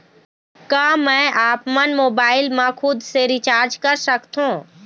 का मैं आपमन मोबाइल मा खुद से रिचार्ज कर सकथों?